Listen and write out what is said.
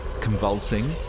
convulsing